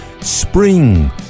spring